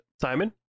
Simon